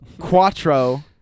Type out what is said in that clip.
Quattro